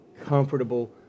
comfortable